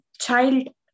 child